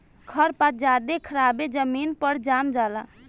खर पात ज्यादे खराबे जमीन पर जाम जला